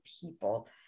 people